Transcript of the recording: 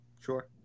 Sure